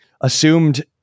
assumed